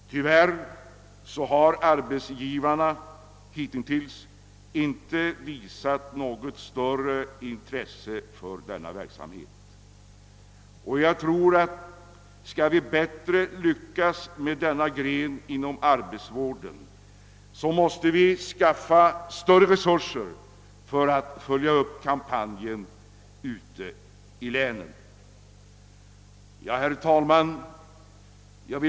Tyvärr har arbetsgivarna hittills inte visat något större intresse därvidlag. Om vi skall kunna lyckas bättre med denna gren av arbetsvården måste det skapas större resurser, så att kampanjen kan följas upp ute i länen. Herr talman!